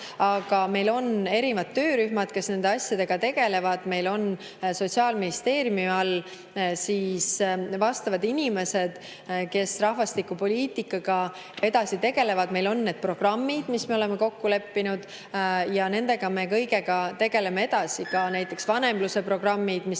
aga on erinevad töörühmad, kes nende asjadega tegelevad. Meil on Sotsiaalministeeriumi juures vastavad inimesed, kes rahvastikupoliitikaga tegelevad, meil on need programmid, milles me oleme kokku leppinud. Nende kõigega me tegeleme edasi. On ka näiteks vanemlusprogrammid, mis